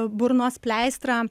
burnos pleistrą